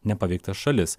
nepaveiktas šalis